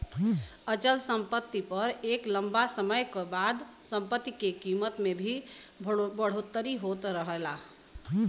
अचल सम्पति पर एक लम्बा समय क बाद सम्पति के कीमत में भी बढ़ोतरी होत रहला